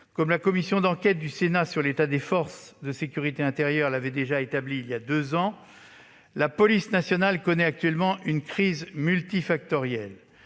Comme la commission d'enquête du Sénat sur l'état des forces de sécurité intérieure l'a déjà établi il y a deux ans, la police nationale connaît actuellement une crise multifactorielle.